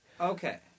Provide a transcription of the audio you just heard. okay